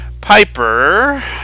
Piper